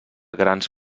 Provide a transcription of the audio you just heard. grans